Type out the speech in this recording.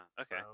okay